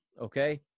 okay